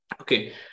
Okay